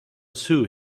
sue